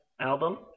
album